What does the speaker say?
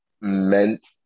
meant